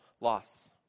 loss